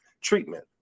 treatment